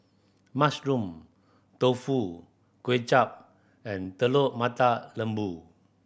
Mushroom Tofu Kuay Chap and Telur Mata Lembu